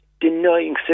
denying